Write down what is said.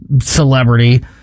celebrity